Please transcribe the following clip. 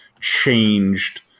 changed